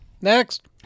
Next